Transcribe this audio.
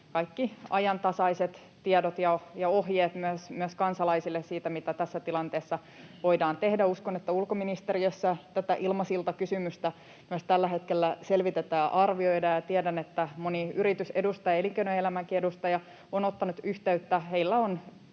kaikki ajantasaiset tiedot, ja ohjeet myös kansalaisille siitä, mitä tässä tilanteessa voidaan tehdä. Uskon, että ulkoministeriössä tätä ilmasiltakysymystä myös tällä hetkellä selvitetään ja arvioidaan, ja tiedän, että moni yritysedustaja, elinkeinoelämänkin edustaja, on ottanut yhteyttä.